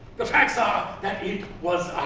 the facts are that it was